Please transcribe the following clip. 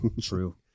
True